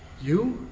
you?